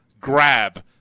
grab